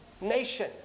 nation